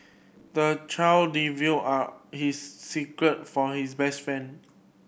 the child divulged are his secrets for his best friend